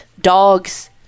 dogs